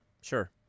Sure